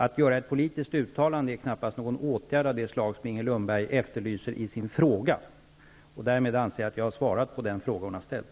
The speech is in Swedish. Att göra ett politiskt uttalande är knappast någon åtgärd av det slag som Inger Lundberg efterlyser. Därmed anser jag att jag har svarat på den fråga som hon har ställt.